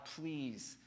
please